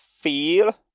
feel